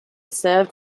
served